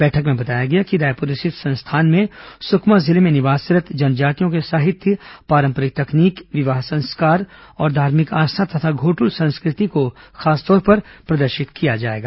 बैठक में बताया गया कि रायपुर स्थित संस्थान में सुकमा जिले में निवासरत् जनजातियों के साहित्य पारंपरिक तकनीक विवाह संस्कार और धार्मिक आस्था तथा घोटूल संस्कृति को खासतौर पर प्रदर्शित किया जाएगा